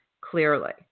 clearly